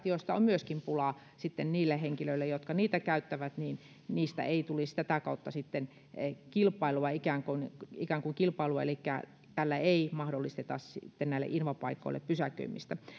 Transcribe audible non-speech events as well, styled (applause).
(unintelligible) joista on myöskin pulaa sitten niillä henkilöillä jotka niitä käyttävät tulisi tätä kautta sitten ikään kuin ikään kuin kilpailua elikkä tällä ei mahdollisteta näille invapaikoille pysäköimistä